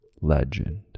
legend